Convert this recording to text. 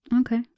okay